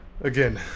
again